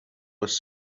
was